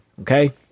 Okay